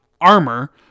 armor